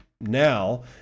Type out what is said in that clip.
Now